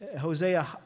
Hosea